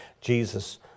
Jesus